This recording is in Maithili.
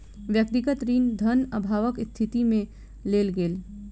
व्यक्तिगत ऋण धन अभावक स्थिति में लेल गेल